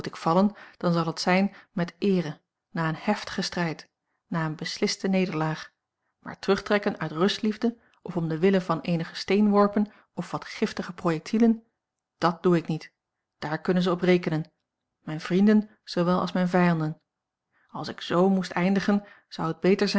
vallen dan zal het zijn met eere na een heftigen strijd na eene besliste nederlaag maar terugtrekken uit rustliefde of om den wille van eenige steenworpen of wat giftige projectielen dat doe ik niet daar kunnen ze op rekenen mijne vrienden zoowel als mijne vijanden als ik z moest eindigen zou het beter zijn